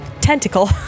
tentacle